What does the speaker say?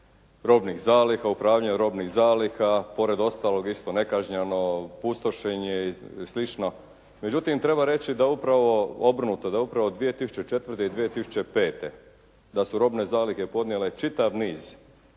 robnih zaliha, upravljanja robnih zaliha, pored ostalog isto nekažnjeno pustošenje i sl. Međutim treba reći da upravo obrnuto, 2004. i 2005. da su robne zalihe podnijele čitav niz